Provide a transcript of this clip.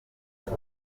tuzi